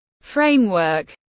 framework